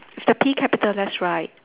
with the P capital that's right